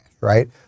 right